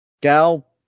Gal